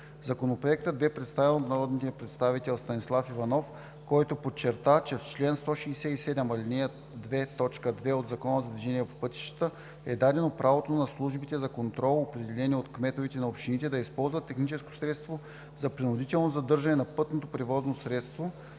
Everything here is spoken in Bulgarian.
Законопроектът бе представен от народния представител Станислав Иванов, който подчерта, че в чл. 167, ал. 2, т. 2 от Закона за движението по пътищата е дадено правото на службите за контрол, определени от кметовете на общините, да използват техническо средство за принудително задържане на пътното превозно средство,